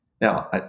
Now